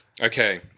Okay